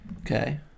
Okay